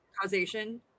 causation